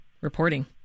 reporting